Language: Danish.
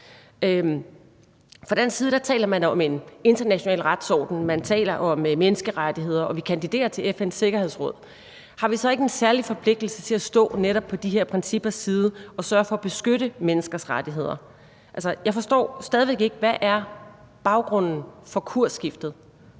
Fra dansk side taler man om en international retsorden, man taler om menneskerettigheder, og vi kandiderer til FN's Sikkerhedsråd. Har vi så ikke en særlig forpligtelse til at stå på netop de her princippers side og sørge for at beskytte menneskers rettigheder? Jeg forstår stadig væk ikke, hvad baggrunden er for kursskiftet.